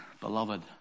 Beloved